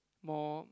more